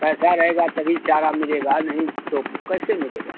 पैसा रहेगा तभी चारा मिलेगा नहीं तो कैसे मिलेगा